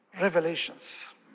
revelations